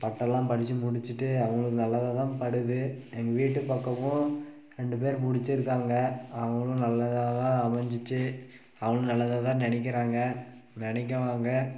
பட்டம்லாம் படித்து முடிச்சுட்டு அவங்களுக்கு நல்லதாக தான் படுது எங்கள் வீட்டு பக்கமும் ரெண்டு பேர் முடித்திருக்காங்க அவங்களும் நல்லதாக தான் அமைஞ்சிச்சி அவங்களும் நல்லதாக தான் நினைக்கிறாங்க நினைக்குவாங்க